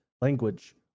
language